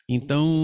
Então